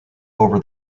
over